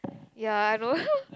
ya I know